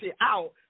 out